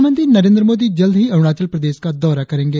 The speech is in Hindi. प्रधानमंत्री नरेंद्र मोदी जल्द ही अरुणाचल प्रदेश का दौरा करेंगे